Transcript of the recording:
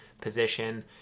position